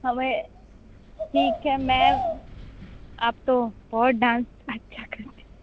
हमे ठीक है मैं आप तो बहुत डांस अच्छा करती